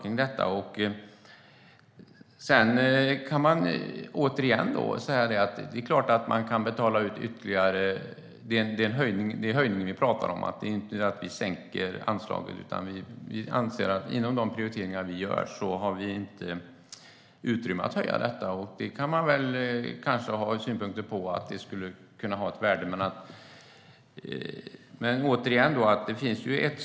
Vi talar om en höjning, inte en sänkning, av anslaget. Vi anser att inom de prioriteringar vi gör finns inte utrymme för en höjning. Det kan man ha synpunkter på. Både staten och skogsnäringen har ett ansvar.